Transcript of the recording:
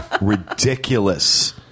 ridiculous